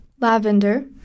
Lavender